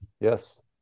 Yes